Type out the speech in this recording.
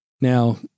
Now